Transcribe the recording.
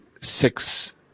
six